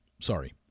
sorry